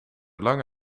lang